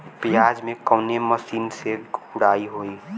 प्याज में कवने मशीन से गुड़ाई होई?